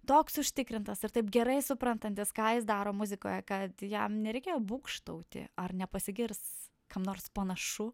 toks užtikrintas ir taip gerai suprantantis ką jis daro muzikoje kad jam nereikėjo būgštauti ar nepasigirs kam nors panašu